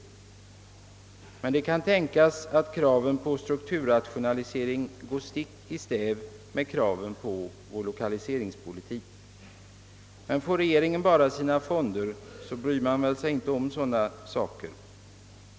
Det kan emellertid tänkas att kra ven på strukturrationalisering går stick i stäv mot kraven på lokaliseringspolitiken. Får regeringen bara sina fonder, bryr den sig väl inte om sådana saker.